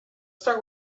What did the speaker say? start